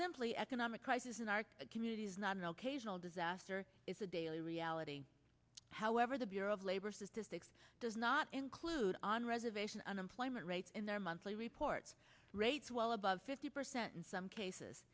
simply economic crisis in our community is not an occasional disaster it's a daily reality however the bureau of labor statistics does not include on reservation unemployment rate in their monthly reports rates well above fifty percent in some cases